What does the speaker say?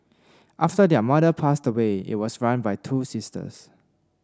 after their mother passed away it was run by two sisters